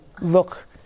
look